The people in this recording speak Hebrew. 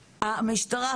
המשטרה,